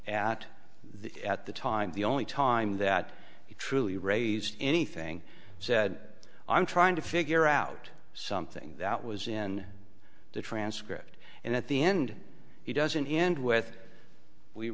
at the at the time the only time that he truly raised anything said i'm trying to figure out something that was in the transcript and at the end he doesn't end with we